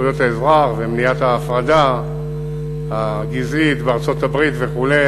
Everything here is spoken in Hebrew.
האזרח ומניעת ההפרדה הגזעית בארצות-הברית וכדומה.